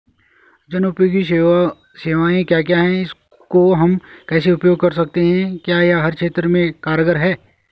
जनोपयोगी सेवाएं क्या क्या हैं इसको हम कैसे उपयोग कर सकते हैं क्या यह हर क्षेत्र में कारगर है?